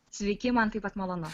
sveiki man taip pat malonu